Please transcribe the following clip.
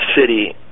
city